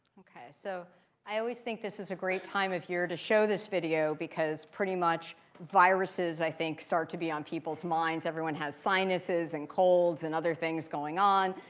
ok, so i always think this is a great time of year to show this video because pretty much viruses, i think, start to be on people's minds. everyone has sinuses and colds and other things going on.